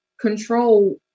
control